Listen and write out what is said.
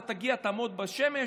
אתה תגיע, תעמוד בשמש